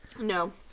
No